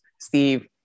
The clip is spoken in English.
Steve